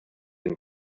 and